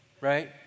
right